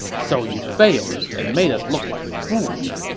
so you failed, and made us look like fools,